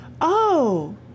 Oh